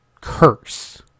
curse